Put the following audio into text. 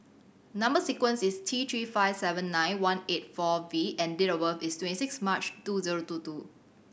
number sequence is T Three five seven nine one eight four V and date of birth is twenty six March two zero two two